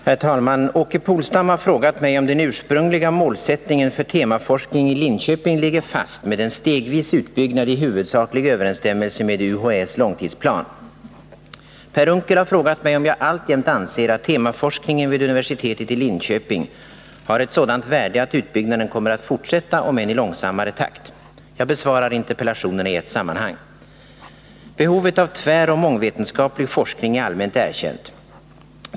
Herr talman! Åke Polstam har frågat mig om den ursprungliga målsättningen för temaforskningen i Linköping ligger fast med en stegvis utbyggnad i huvudsaklig överensstämmelse med UHÄ:s långtidsplan. Per Unckel har frågat mig om jag alltjämt anser att temaforskningen vid universitetet i Linköping har ett sådant värde att utbyggnaden kommer att fortsätta om än i långsammare takt. Jag besvarar interpellationerna i ett sammanhang. Behovet av tväroch mångvetenskaplig forskning är allmänt erkänt.